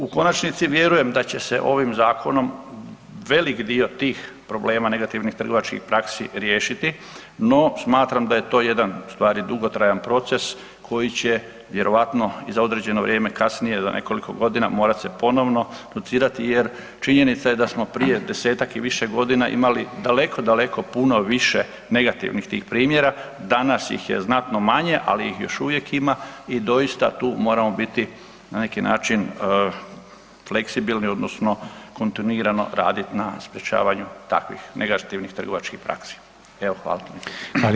U konačnici vjerujem da će se ovim zakonom velik dio tih problema negativnih trgovačkih praksi riješiti, no smatram da je to jedan ustvari dugotrajan proces koji će vjerojatno i za određeno vrijeme kasnije za nekoliko godina morat se ponovno …/nerazumljivo/… jer činjenica je da smo prije 10-tak i više godina imali daleko, daleko puno više negativnih tih primjera, danas ih je znatno manje ali ih još uvijek ima i doista tu moramo biti na neki način fleksibilni odnosno kontinuirano raditi na sprječavanju takvih negativnih trgovačkih praksi.